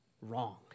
wrong